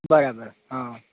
બરાબર હા